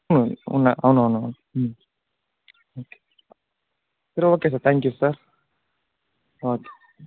అవును అవును అవునవును సరే okay sir thank you sir